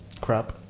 Crap